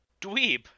dweeb